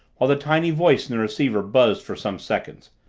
while the tiny voice in the receiver buzzed for some seconds.